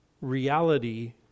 reality